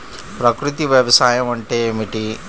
ప్రకృతి వ్యవసాయం అంటే ఏమిటి?